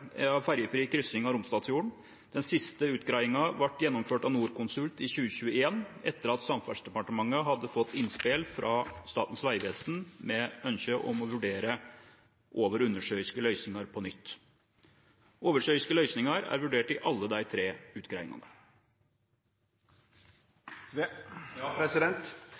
av fergefri kryssing av Romsdalsfjorden. Den siste utredningen ble gjennomført av Norconsult i 2021, etter at Samferdselsdepartementet hadde fått innspill fra Statens vegvesen med ønske om å vurdere over- og undersjøiske løsninger på nytt. Oversjøiske løsninger er vurdert i alle de tre